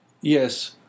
Yes